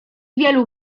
wielu